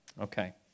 Okay